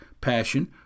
passion